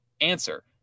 answer